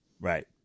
Right